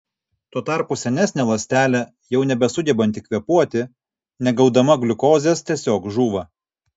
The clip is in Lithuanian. tuo tarpu senesnė ląstelė jau nebesugebanti kvėpuoti negaudama gliukozės tiesiog žūva